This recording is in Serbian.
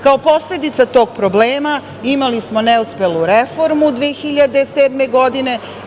Kao posledica tog problema imali smo neuspelu reformu 2007. godine.